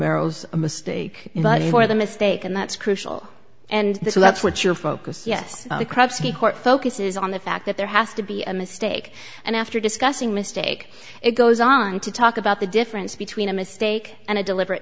ero's a mistake for the mistake and that's crucial and so that's what your focus yes crapsey heart focuses on the fact that there has to be a mistake and after discussing mistake it goes on to talk about the difference between a mistake and a deliberate